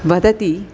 वदति